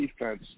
defense –